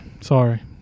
Sorry